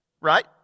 Right